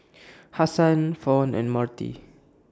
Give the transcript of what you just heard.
Hassan Fawn and Marty